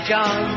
John